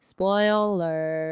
Spoiler